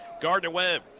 Gardner-Webb